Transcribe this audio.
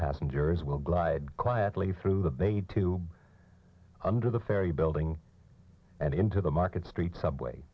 passengers will glide quietly through the maid to under the ferry building and into the market street subway